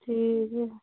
ٹھیک ہے